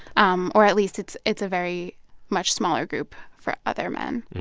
um or at least, it's it's a very much smaller group for other men.